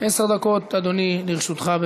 עשר דקות, אדוני, לרשותך.